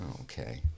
Okay